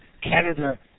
Canada